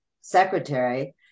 secretary